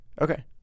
Okay